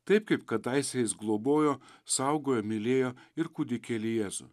taip kaip kadaise jis globojo saugojo mylėjo ir kūdikėlį jėzų